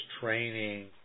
training